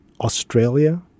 Australia